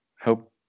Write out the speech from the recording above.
hope